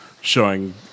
showing